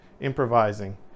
improvising